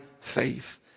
faith